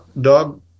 dog